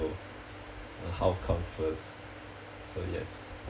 a house comes first so yes